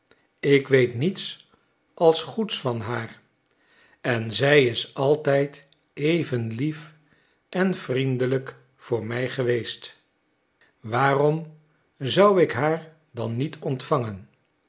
ik weet niets als goeds van haar en zij is altijd even lief en vriendelijk voor mij geweest waarom zou ik haar dan niet ontvangen